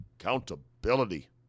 accountability